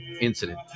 incident